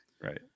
Right